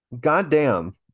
Goddamn